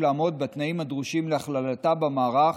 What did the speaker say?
לעמוד בתנאים הדרושים להכללתה במערך,